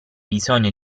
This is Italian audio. bisogno